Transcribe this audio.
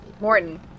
Morton